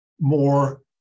more